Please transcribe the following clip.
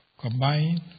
Combine